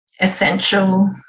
essential